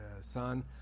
son